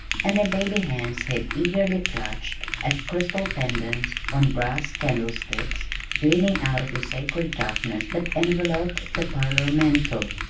and their baby hands had eagerly clutched at crystal pendants on brass candlesticks gleaming out of the sacred darkness that enveloped the parlor mantel.